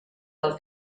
del